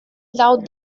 laut